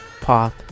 path